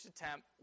attempt